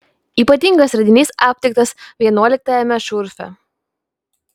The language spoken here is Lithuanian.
ypatingas radinys aptiktas vienuoliktajame šurfe